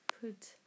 put